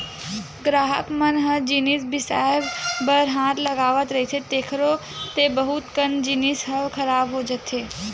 गराहक मन ह जिनिस बिसाए बर हाथ लगावत रहिथे तेखरो ले बहुत कन जिनिस ह खराब हो जाथे